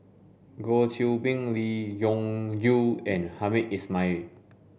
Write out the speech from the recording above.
Goh Qiu Bin Lee Wung Yew and Hamed Ismail